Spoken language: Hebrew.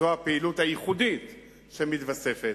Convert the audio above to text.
זאת הפעילות הייחודית שמתווספת.